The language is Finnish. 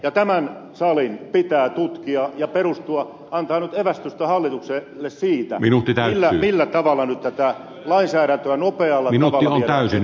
ja tämän salin pitää tutkia ja antaa nyt evästystä hallitukselle siitä millä tavalla nyt tätä lainsäädäntöä nopealla tavalla viedään eteenpäin